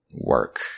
work